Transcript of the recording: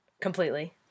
Completely